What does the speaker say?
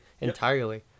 entirely